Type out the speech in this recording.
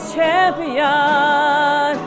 Champion